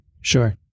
Sure